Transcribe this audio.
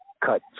cut